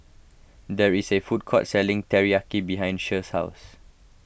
there is a food court selling Teriyaki behind Che's house